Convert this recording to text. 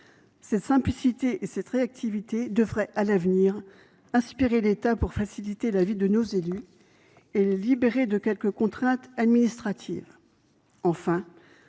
Cette simplicité et cette réactivité devraient à l’avenir inspirer l’État pour faciliter la vie de nos élus et les libérer de quelques contraintes administratives. Enfin,